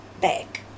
back